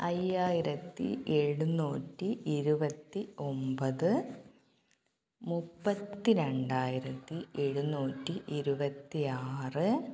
അയ്യായിരത്തി എഴുന്നൂറ്റി ഇരുപത്തി ഒമ്പത് മുപ്പത്തി രണ്ടായിരത്തി എഴുന്നൂറ്റി ഇരുപത്തി ആറ്